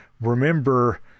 remember